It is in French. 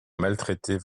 maltraitez